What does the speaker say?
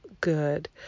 good